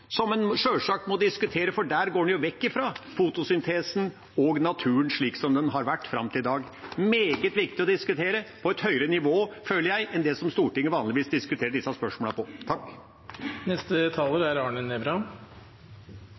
som en sjølsagt må diskutere, for der går en jo vekk fra fotosyntesen og naturen slik som den har vært fram til i dag. Det er meget viktig å diskutere på et høyere nivå, føler jeg, enn det som Stortinget vanligvis diskuterer disse spørsmålene på. Til innlegget fra siste taler,